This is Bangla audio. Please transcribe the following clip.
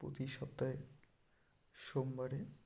প্রতি সপ্তাহে সোমবারে